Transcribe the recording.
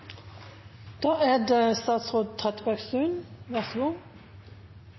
Da er det kanskje ikke så